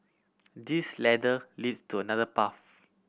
this ladder leads to another path